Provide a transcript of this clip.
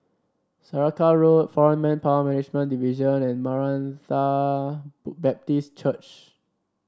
Saraca Road Foreign Manpower Management Division and Maranatha Baptist Church